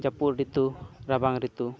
ᱡᱟᱹᱯᱩᱫ ᱨᱤᱛᱩ ᱨᱟᱵᱟᱝ ᱨᱤᱛᱩ